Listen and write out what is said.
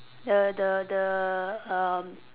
the the the um